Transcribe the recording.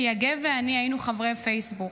שיגב ואני היינו חברי פייסבוק.